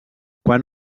quan